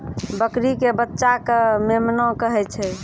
बकरी के बच्चा कॅ मेमना कहै छै